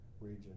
region